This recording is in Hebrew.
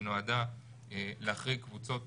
שנועדה להחריג קבוצות